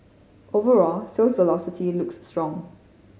overall sales velocity looks strong